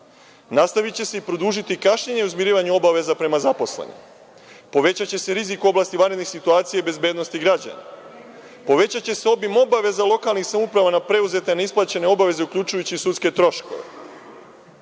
Nastaviće se i produžiti kašnjenje u izmirivanju obaveza prema zaposlenima. Povećaće se rizik u oblasti vanrednih situacija i bezbednosti građana. Povećaće se obim obaveza lokalnih samouprava na preuzete neisplaćene obaveze, uključujući i sudske troškove.